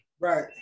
Right